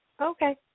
Okay